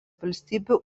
valstybių